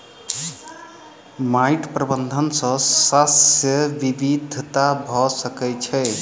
माइट प्रबंधन सॅ शस्य विविधता भ सकै छै